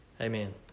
amen